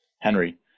Henry